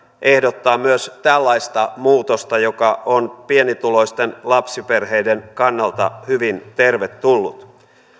ehdottaa myös tällaista muutosta joka on pienituloisten lapsiperheiden kannalta hyvin tervetullut